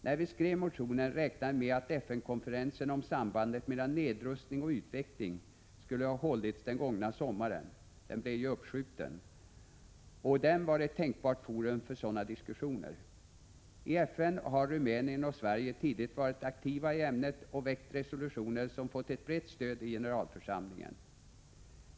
När vi skrev motionen räknade vi med att FN-konferensen om sambandet mellan nedrustning och utveckling skulle ha hållits den gångna sommaren, men den blev ju uppskjuten. Denna konferens var ett tänkbart forum för sådana diskussioner. I FN har Rumänien och Sverige tidigare varit aktiva i ämnet och väckt resolutioner som fått ett brett stöd i generalförsamlingen.